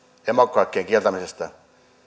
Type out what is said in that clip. emakkohäkkien kieltämisestä